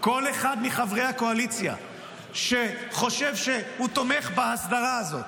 כל אחד מחברי הקואליציה שחושב שהוא תומך בהסדרה הזאת